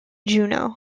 juneau